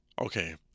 Okay